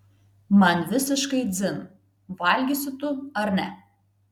man visiškai dzin valgysi tu ar ne